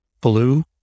Blue